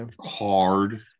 hard